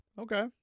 okay